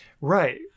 Right